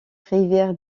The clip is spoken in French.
rivière